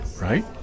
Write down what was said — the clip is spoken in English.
right